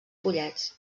pollets